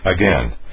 Again